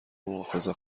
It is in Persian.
مواخذه